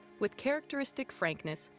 with characteristic frankness,